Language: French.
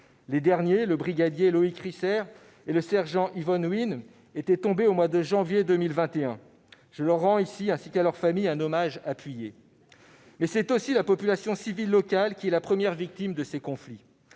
les derniers, le brigadier Loïc Risser et le sergent Yvonne Huynh, sont tombés au mois de janvier 2021, et je leur rends ici, ainsi qu'à leur famille, un hommage appuyé. Mais la population civile locale est la première victime de ces conflits.